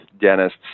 dentists